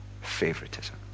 favoritism